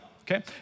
okay